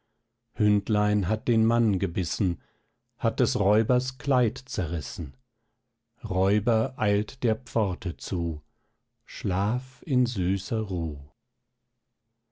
hündlein hat den mann gebissen hat des räubers kleid zerrissen räuber eilt der pforte zu schlaf in süßer ruh